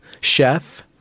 chef